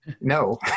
no